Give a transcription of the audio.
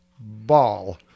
ball